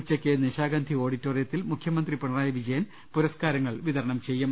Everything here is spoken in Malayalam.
ഉച്ചയ്ക്ക് നിശാഗ്ന്ധി ഓഡിറ്റോറിയത്തിൽ മുഖ്യമന്ത്രി പിണറായി വിജയൻ പുരസ്കാരങ്ങൾ വിത രണം ചെയ്യും